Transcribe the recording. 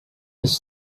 his